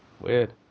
Weird